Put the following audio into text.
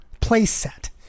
playset